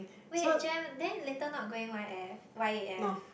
wait Jen then later not going Y_F Y_A_F